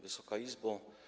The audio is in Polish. Wysoka Izbo!